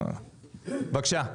בבקשה.